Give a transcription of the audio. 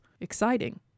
exciting